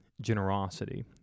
generosity